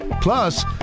Plus